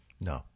No